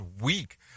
week